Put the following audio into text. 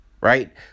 Right